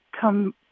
come